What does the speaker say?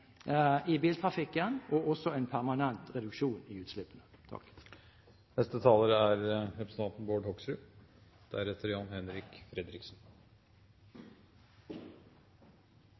i biltrafikken, og også en permanent reduksjon i utslippene.